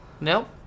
nope